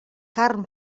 carn